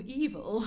evil